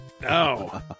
No